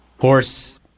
horse